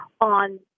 on